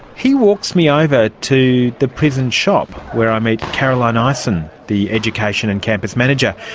he walks me over to the prison shop where i meet caroline ah ison, the education and campus manager,